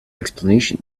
explanation